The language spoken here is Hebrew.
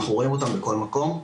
אנחנו רואים אותם בכל מקום.